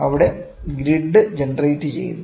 അവിടെ ഗ്രിഡ് ജനറേറ്റുചെയ്യുന്നു